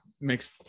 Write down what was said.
makes